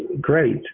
great